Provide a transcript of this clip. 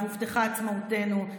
להפוך אותנו לבוגדים.